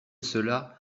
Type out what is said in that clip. cela